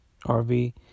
RV